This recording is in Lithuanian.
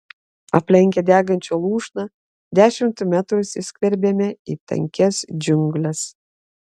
aplenkę degančią lūšną dešimt metrų įsiskverbėme į tankias džiungles